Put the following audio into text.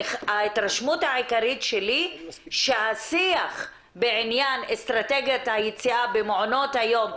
ההתרשמות העיקרית שלי שהשיח בעניין אסטרטגיית היציאה במעונות היום,